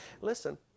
listen